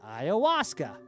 ayahuasca